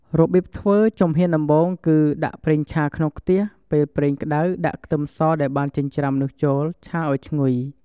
របៀបធ្វើ ជំហានដំបូង គឺ ដាក់ប្រេងឆាក្នុងខ្ទះ ពេលប្រេងក្ដៅដាក់ខ្ទឹមសដែលបានចិញ្ច្រាំនោះចូល ឆាឱ្យឈ្ងុយ។